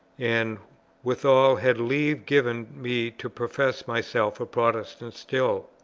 and withal had leave given me to profess myself a protestant still.